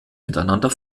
miteinander